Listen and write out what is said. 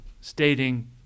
stating